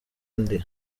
indi